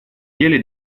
деле